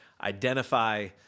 identify